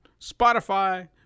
Spotify